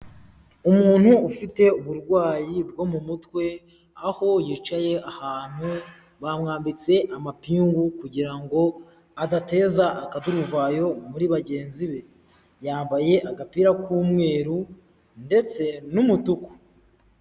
Umuntu ufite uburwayi bwo mu mutwe, aho yicaye ahantu bamwambitse amapingu kugirango adateza akaduruvayo muri bagenzi be, yambaye agapira k'umweru ndetse n'umutuku.